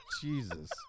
Jesus